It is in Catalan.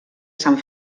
sant